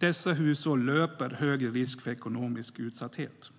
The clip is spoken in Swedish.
Dessa hushåll löper högre risk för ekonomisk utsatthet.